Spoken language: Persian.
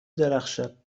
درخشد